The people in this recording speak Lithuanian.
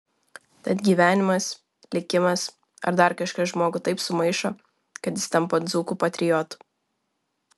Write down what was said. tad gyvenimas likimas ar dar kažkas žmogų taip sumaišo kad jis tampa dzūkų patriotu